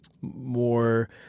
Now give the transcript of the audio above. more